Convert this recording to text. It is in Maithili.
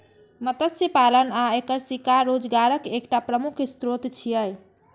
मत्स्य पालन आ एकर शिकार रोजगारक एकटा प्रमुख स्रोत छियै